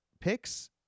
picks